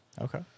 Okay